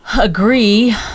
agree